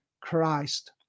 Christ